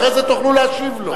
אחרי זה תוכלו להשיב לו.